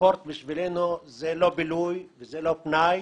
ספורט בשבילנו זה לא בילוי וזה לא פנאי.